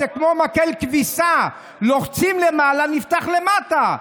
זה כמו מקל כביסה: לוחצים למעלה נפתח למטה.